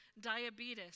diabetes